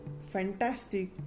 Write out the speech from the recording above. fantastic